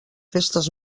festes